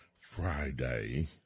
Friday